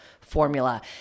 formula